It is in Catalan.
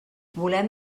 volem